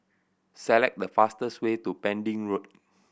select the fastest way to Pending Road